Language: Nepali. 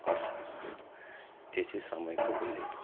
पर्छ त्यो चाहिँ समयको उल्लेख हो